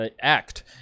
act